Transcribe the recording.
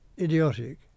idiotic